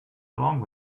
along